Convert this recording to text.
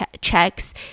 Checks